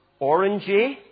orangey